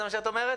זה מה שאת אומרת?